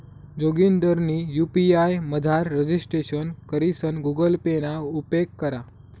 जोगिंदरनी यु.पी.आय मझार रजिस्ट्रेशन करीसन गुगल पे ना उपेग करा